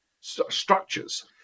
structures